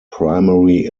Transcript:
primary